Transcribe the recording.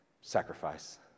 sacrifice